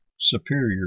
superior